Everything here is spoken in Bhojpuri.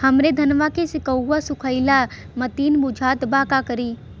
हमरे धनवा के सीक्कउआ सुखइला मतीन बुझात बा का करीं?